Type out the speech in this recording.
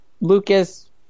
Lucas